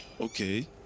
Okay